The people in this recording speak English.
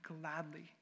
gladly